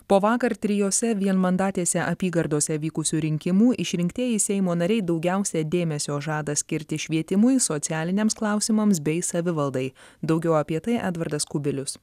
po vakar trijose vienmandatėse apygardose vykusių rinkimų išrinktieji seimo nariai daugiausia dėmesio žada skirti švietimui socialiniams klausimams bei savivaldai daugiau apie tai edvardas kubilius